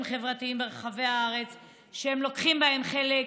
חברתיים ברחבי הארץ שהם לוקחים בהם חלק,